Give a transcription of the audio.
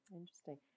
Interesting